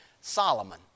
Solomon